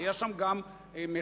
היה שם גם מכל,